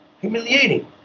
humiliating